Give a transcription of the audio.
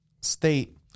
state